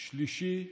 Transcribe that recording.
שלישי,